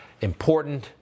important